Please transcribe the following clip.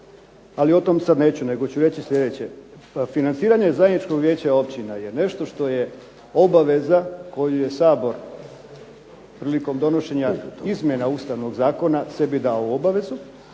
ali o tome sada neću nego ću reći sljedeće. Financiranje zajedničnog vijeća općina je obaveza koju je Sabor prilikom donošenja izmjena Ustavnog zakona sebi dao u obavezu,